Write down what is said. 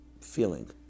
feeling